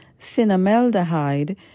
cinnamaldehyde